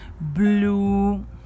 blue